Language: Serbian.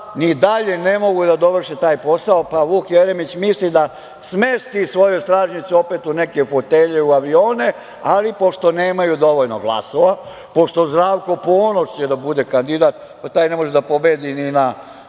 ni dalje ne mogu da dovrše taj posao. Vuk Jeremić misli da smesti svoju stražnjicu opet u neke fotelje, u avione, ali pošto nemaju dovoljno glasova, pošto će Zdravko Ponoš da bude kandidat, taj ne može da pobedi ni na